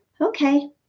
okay